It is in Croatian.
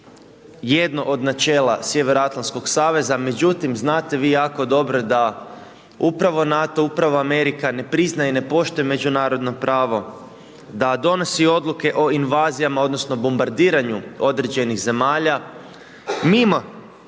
jedno od načela sjevernoatlantskog saveza. Međutim znate vi jako dobro da upravo NATO, upravo Amerika ne priznaje i ne poštuje međunarodno pravo, da donosi odluke o invazijama, odnosno bombardiranju određenih zemalja mimo